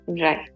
right